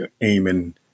aiming